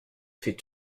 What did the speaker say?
fait